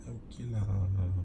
okay lah kalau begitu